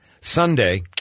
Sunday